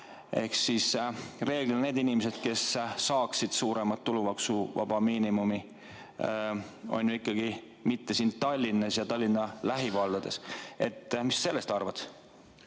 Ehk reeglina need inimesed, kes saaksid suuremat tulumaksuvaba miinimumi, [ei ela] ju ikkagi mitte siin Tallinnas ja Tallinna lähivaldades. Mis sa sellest arvad?